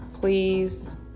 please